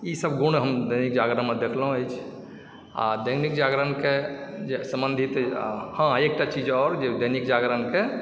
ई सब गुण हम दैनिक जागरणमे देखलहुँ अछि आओर दैनिक जागरणके सम्बन्धित हँ एकटा चीज आओर कि दैनिक जागरणके